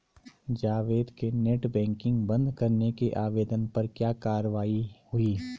जावेद के net banking बंद करने के आवेदन पर क्या कार्यवाही हुई?